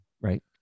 Right